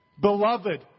beloved